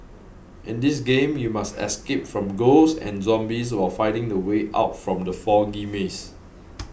in this game you must escape from ghosts and zombies while finding the way out from the foggy maze